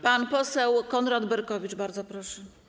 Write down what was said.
Pan poseł Konrad Berkowicz, bardzo proszę.